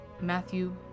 Matthew